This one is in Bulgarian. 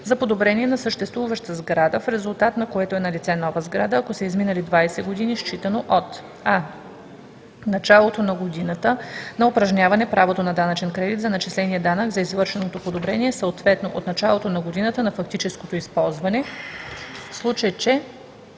за подобрение на съществуваща сграда, в резултат на което е налице нова сграда, ако са изминали 20 години, считано от: а) началото на годината на упражняване правото на данъчен кредит за начисления данък за извършеното подобрение, съответно от началото на годината на фактическото използване, в случай че